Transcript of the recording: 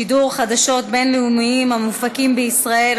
שידורי חדשות בין-לאומיים המופקים בישראל),